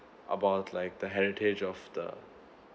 about like the heritage of the